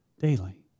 daily